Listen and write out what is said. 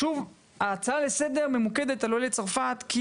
ההצעה לסדר ממוקדת על עולי צרפת כי